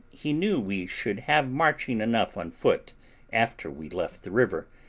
he knew we should have marching enough on foot after we left the river,